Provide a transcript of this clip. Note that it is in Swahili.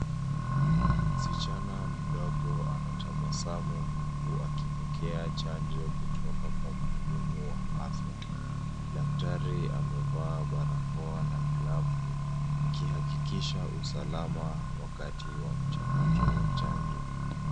Msichana mdogo anataabasamu huku akipokea chanjo kutoka kwa mhudumu wa afya. Daktari amevaa barakoa na glavu, akihakikisha usalama wakati wa mchakato wa chanjo.